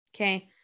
okay